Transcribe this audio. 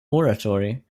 oratory